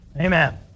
Amen